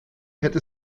hätte